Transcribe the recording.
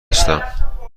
هستم